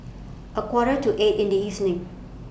A Quarter to eight in The evening